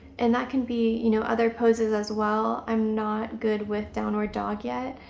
and that can be you know other poses as well. i'm not good with downward dog yet.